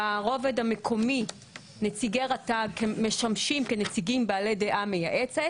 ברובד המקומי נציגי רט"ג משמשים כנציגים בעלי דעה מייעצת